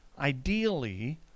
Ideally